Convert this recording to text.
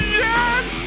yes